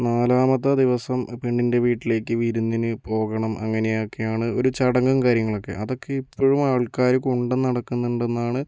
നാലാമത്തെ ദിവസം പെണ്ണിൻ്റെ വീട്ടിലേക്ക് വിരുന്നിന് പോകണം അങ്ങനെയൊക്കെയാണ് ഒരു ചടങ്ങും കാര്യങ്ങളൊക്കെ അതൊക്കെ ഇപ്പോഴും ആൾക്കാര് കൊണ്ട് നടക്കുന്നുണ്ടെന്നാണ്